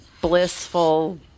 blissful